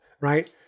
Right